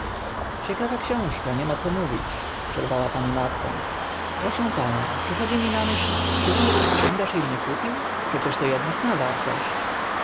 ciekawa książka nie ma co mówić przerwała pani marta proszę pana przychodzi mi na myśl czyby aki księgarz e nie kupił przecież to ednak ma wartość